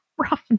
rough